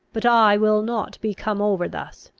but i will not be come over thus.